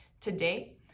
today